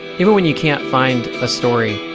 even when you can't find a story,